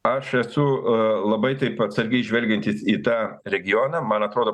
aš esu a labai taip atsargiai žvelgiantis į tą regioną man atrodo